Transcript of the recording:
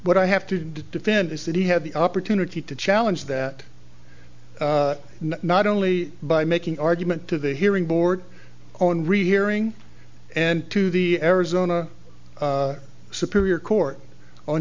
what i have to defend is that he had the opportunity to challenge that not only by making argument to the hearing board on rehearing and to the arizona superior court on